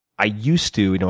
ah used to,